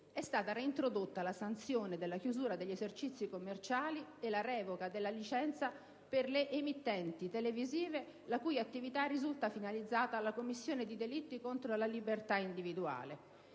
è stata reintrodotta la sanzione della chiusura degli esercizi commerciali e la revoca della licenza per le emittenti televisive la cui attività risulta finalizzata alla commissione di delitti contro la libertà individuale.